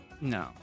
No